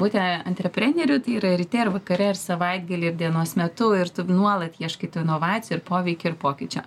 būti antrepreneriu tai yra ryte ir vakare ir savaitgalį ir dienos metu ir tu nuolat ieškai tų inovacijų ir poveikio ir pokyčio